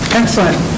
excellent